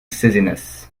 césénas